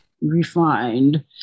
refined